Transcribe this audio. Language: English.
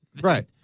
Right